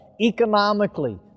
economically